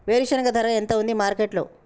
వేరుశెనగ ధర ఎంత ఉంది మార్కెట్ లో?